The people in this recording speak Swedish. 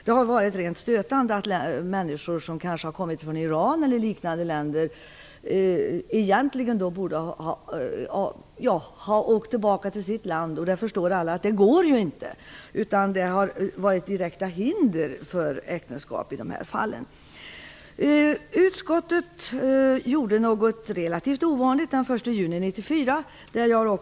Det har varit rent stötande att människor från t.ex. Iran eller liknande länder egentligen borde åka tillbaka till sina länder. Alla förstår att det inte går. Det har funnits direkta hinder för äktenskap i dessa fall. Utskottet gjorde någonting relativt ovanligt den 1 juni 1994.